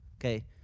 Okay